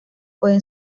pueden